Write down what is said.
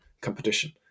competition